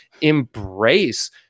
embrace